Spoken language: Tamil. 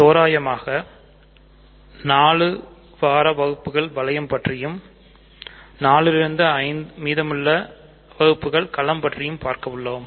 தோராயமாக 4 வார வகுப்புகள் வளையம் பற்றியும் 4 இருந்து 5 மீதமுள்ள வகுப்புகள் களம் பற்றியும் பார்க்க உள்ளோம்